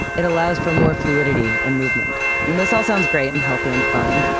it allows for more fluidity and movement. and this all sounds great and healthy and fun.